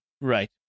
Right